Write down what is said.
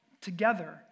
together